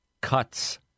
cuts